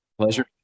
pleasure